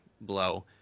blow